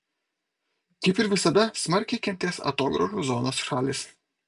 kaip ir visada smarkiai kentės atogrąžų zonos šalys